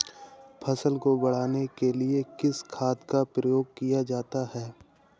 फसल को बढ़ाने के लिए किस खाद का प्रयोग किया जाता है?